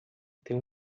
ter